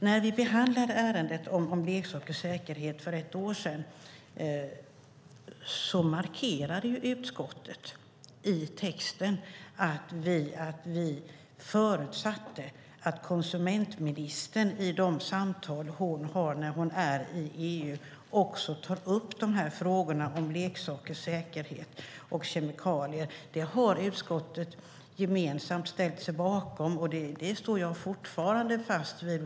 När vi behandlade ärendet om leksaker och säkerhet för ett år sedan markerade utskottet i texten att vi förutsatte att konsumentministern i de samtal hon har när hon är i EU också tar upp frågorna om leksaker, kemikalier och säkerhet. Det har utskottet gemensamt ställt sig bakom, och jag står fortfarande fast vid det.